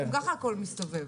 גם ככה הכול מסתובב